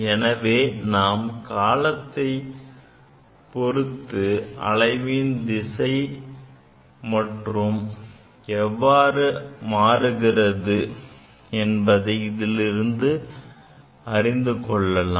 எனவே நாம் காலத்தைப் பொறுத்து அலைவின் திசை எவ்வாறு மாறுகிறது என்பதை இதிலிருந்து அறிந்து கொள்ளலாம்